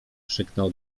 krzyknął